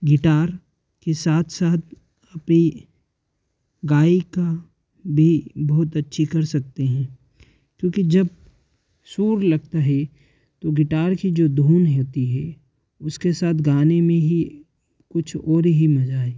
guitar के साथ साथ अपनी गाईकी भी बहुत अच्छी कर सकते हैं क्योंकि जब सुर लगता है तो गिटार की जो धुन होती है उसके साथ गाने में ही कुछ और ही मज़ा है